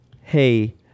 hey